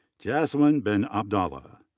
jasmine ben-abdallah.